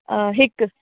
हिकु